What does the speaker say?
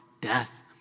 death